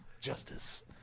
Justice